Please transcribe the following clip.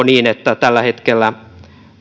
niin että tällä hetkellä